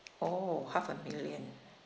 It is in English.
orh half a million